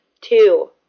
two